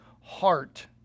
heart